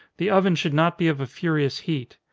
the oven should not be of a furious heat.